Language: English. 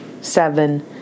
seven